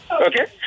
Okay